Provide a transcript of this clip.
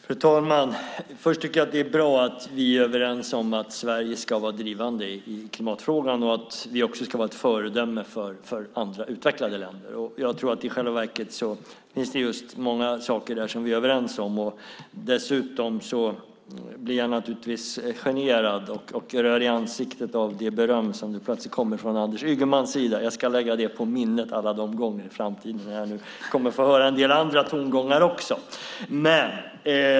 Fru talman! Det är bra att Anders Ygeman och jag är överens om att Sverige ska vara drivande i klimatfrågan och att vi också ska vara ett föredöme för andra utvecklade länder. I själva verket tror jag att det finns många saker som vi är överens om. Dessutom blir jag naturligtvis generad och röd i ansiktet av det beröm som nu plötsligt kommer från Anders Ygemans sida. Jag ska lägga det på minnet inför alla de gånger i framtiden då jag kommer att få höra andra tongångar.